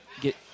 get